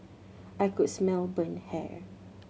I could smell burnt hair